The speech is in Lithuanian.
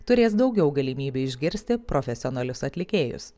turės daugiau galimybių išgirsti profesionalius atlikėjus